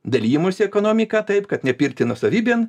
dalijimosi ekonomika taip kad nepirkti nuosavybėn